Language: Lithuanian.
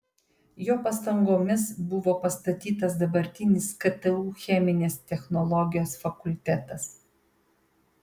jo pastangomis buvo pastatytas dabartinis ktu cheminės technologijos fakultetas